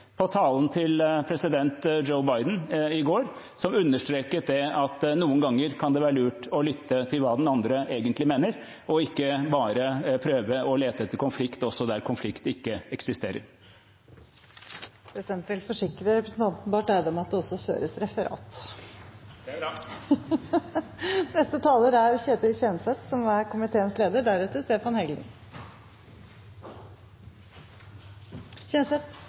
på talen til president Joe Biden i går. Han understreket at det noen ganger kan være lurt å lytte til hva den andre egentlig mener, ikke bare prøve å lete etter konflikt også der konflikt ikke eksisterer. Presidenten vil forsikre representanten Barth Eide om at det føres referat. Det er